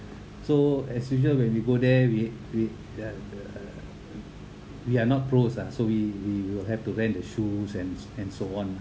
so as usual when we go there we we we are not pros lah so we we will have to rent the shoes and and so on lah